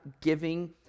giving